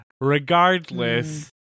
regardless